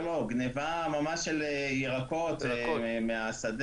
לא, גניבה של ירקות מהשדה.